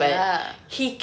ya